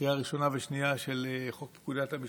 בקריאה שנייה ושלישית של חוק פקודת המשטרה.